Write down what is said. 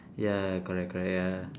ya correct correct ya